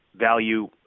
value